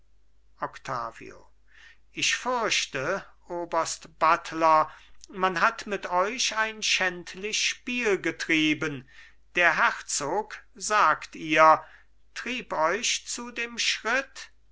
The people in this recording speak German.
ich fürchte oberst buttler man hat mit euch ein schändlich spiel getrieben der herzog sagt ihr trieb euch zu dem schritt